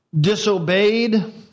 disobeyed